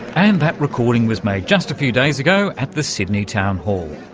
and that recording was made just a few days ago at the sydney town hall.